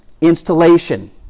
Installation